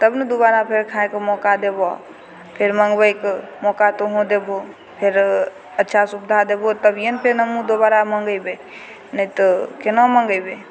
तब ने दुबारा फेर खाइके मौका देबो फेर मङ्गबयके मौका तुहु देबहो फेर अच्छा सुविधा देबहो तभियेने फेन हमहुँ दोबारा मङ्गेबय नहि तऽ केना मङ्गेबय